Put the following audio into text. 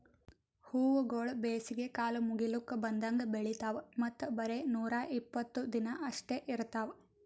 ಹೂವುಗೊಳ್ ಬೇಸಿಗೆ ಕಾಲ ಮುಗಿಲುಕ್ ಬಂದಂಗ್ ಬೆಳಿತಾವ್ ಮತ್ತ ಬರೇ ನೂರಾ ಇಪ್ಪತ್ತು ದಿನ ಅಷ್ಟೆ ಇರ್ತಾವ್